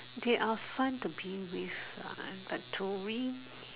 they are fun to be with ah but to we